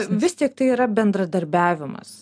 vis tik tai yra bendradarbiavimas